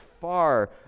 far